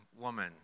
woman